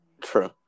True